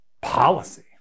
policy